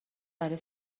برای